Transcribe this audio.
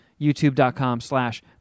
YouTube.com/slash